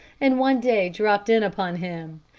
and one day dropped in upon him.